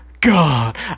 god